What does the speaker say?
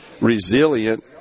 resilient